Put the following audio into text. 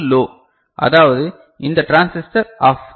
இது லோ அதாவது இந்த டிரான்சிஸ்டர் ஆஃப்